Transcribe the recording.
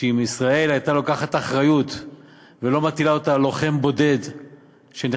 אם ישראל הייתה לוקחת אחריות ולא מטילה אותה על לוחם בודד שנחשף,